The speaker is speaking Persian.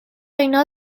اینها